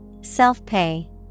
self-pay